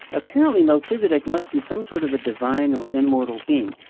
apparently, melchizedek must be some sort of a divine or immortal being.